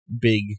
big